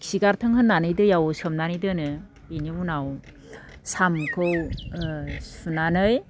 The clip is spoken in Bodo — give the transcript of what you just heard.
खिगारथों होननानै दैयाव सोमनानै दोनो बेनि उनाव साम'खौ सुनानै